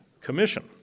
Commission